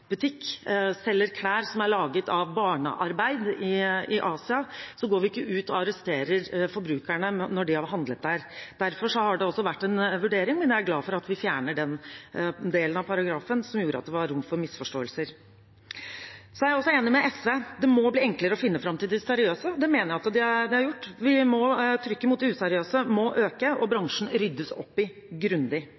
selger klær som er laget ved barnearbeid i Asia, går vi ikke ut og arresterer forbrukerne når de har handlet der. Derfor har det også vært en vurdering, men jeg er glad for at vi fjerner den delen av paragrafen som gjorde at det var rom for misforståelser. Jeg er også enig med SV i at det må bli enklere å finne fram til de seriøse. Det mener jeg det er gjort noe med. Trykket mot de useriøse må øke og